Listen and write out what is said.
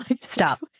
Stop